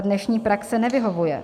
Dnešní praxe nevyhovuje.